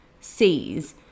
sees